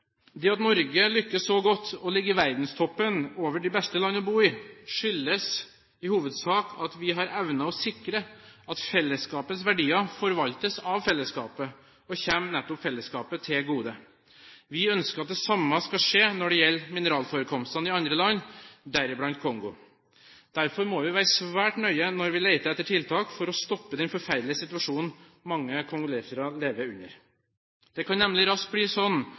Det at Norge lykkes så godt og ligger i verdenstoppen over de beste land å bo i, skyldes i hovedsak at vi har evnet å sikre at fellesskapets verdier forvaltes av fellesskapet og kommer nettopp fellesskapet til gode. Vi ønsker at det samme skal skje når det gjelder mineralforekomstene i andre land, deriblant Kongo. Derfor må vi være svært nøye når vi leter etter tiltak for å stoppe den forferdelige situasjonen mange kongolesere lever under. Det kan nemlig raskt bli